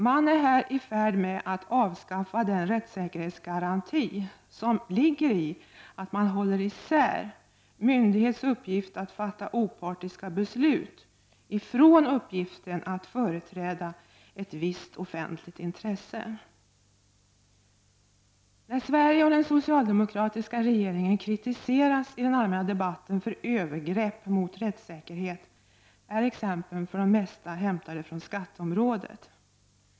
Man är här i färd med att avskaffa den rättssäkerhetsgaranti som ligger i att man håller isär myndighets uppgift att fatta opartiska beslut och uppgiften att företräda ett visst offentligt intresse. När Sverige och den socialdemokratiska regeringen kritiseras i den allmänna debatten för övergrepp mot rättssäkerheten är exemplen för det mesta hämtade från skatteområdet.